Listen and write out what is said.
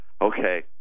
okay